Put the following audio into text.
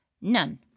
None